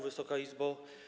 Wysoka Izbo!